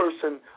person